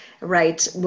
right